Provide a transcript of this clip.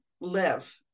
live